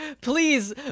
please